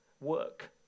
work